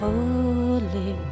Holy